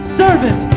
servant